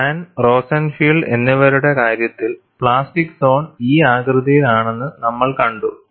Han Rosenfeld എന്നിവരുടെ കാര്യത്തിൽ plastic zone ഈ ആകൃതിയിൽ ആണെന്നു നമ്മൾ കണ്ടു